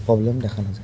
problem দেখা নাযায়